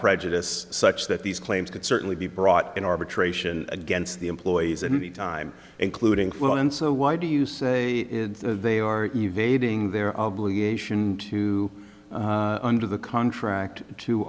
prejudice such that these claims could certainly be brought in arbitration against the employees and any time including one so why do you say they are evading their obligation to under the contract to